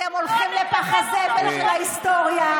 אתם הולכים לפח הזבל של ההיסטוריה,